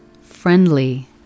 Friendly